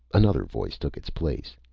another voice took its place.